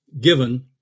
given